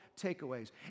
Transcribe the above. takeaways